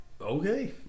okay